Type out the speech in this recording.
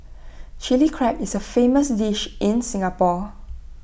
Chilli Crab is A famous dish in Singapore